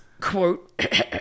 quote